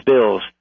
bills